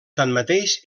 tanmateix